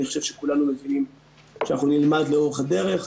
אני חושב שכולנו מבינים שאנחנו נלמד לאורך הדרך.